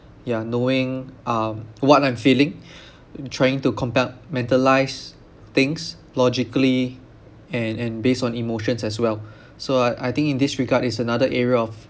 yeah knowing um what I'm feeling trying to compartmentalise things logically and and based on emotions as well so I I think in this regard is another area of